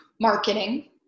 Marketing